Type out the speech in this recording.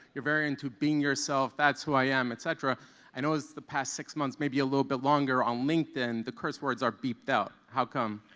you're very into being yourself. that's who i am, et cetera. and the past six months, maybe a little bit longer on linkedin, the curse words are beeped out. how come?